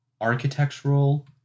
architectural